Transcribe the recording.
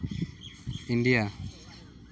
India